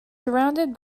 surrounded